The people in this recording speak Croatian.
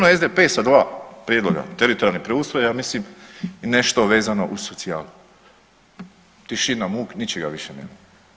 Tema SDP sa 2 prijedloga, teritorijalni preustroj ja mislim i nešto vezano uz socijalu, tišina, muk, ničega više nema.